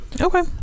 Okay